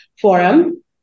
forum